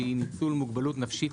שהיא ניצול מוגבלות נפשית,